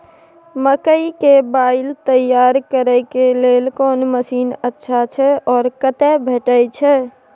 मकई के बाईल तैयारी करे के लेल कोन मसीन अच्छा छै ओ कतय भेटय छै